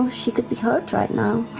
she could be hurt right now.